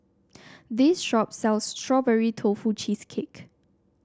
this shop sells Strawberry Tofu Cheesecake